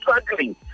struggling